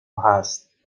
هست